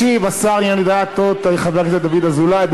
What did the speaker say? ישיב שר הדתות חבר הכנסת דוד אזולאי.